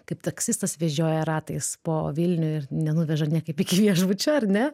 kaip taksistas vežioja ratais po vilnių ir nenuveža niekaip iki viešbučio ar ne